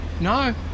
No